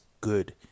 good